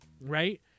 right